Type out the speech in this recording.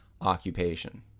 occupation